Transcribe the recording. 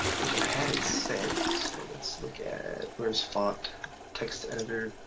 which i had it's said. so let's look at where's font text editor,